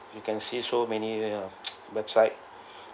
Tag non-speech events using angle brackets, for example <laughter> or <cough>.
you can see so many <noise> website